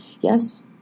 yes